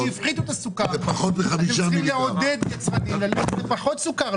כי הפחיתו את הסוכר בשביל לעודד יצרנים ללכת לפחות סוכר,